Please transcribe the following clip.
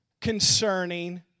concerning